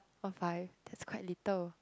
what five that's quite little